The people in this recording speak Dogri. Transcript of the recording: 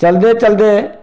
चलदे चलदे